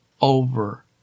over